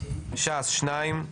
ש"ס שניים,